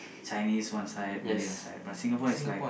Chinese one side Malay one side but Singapore is like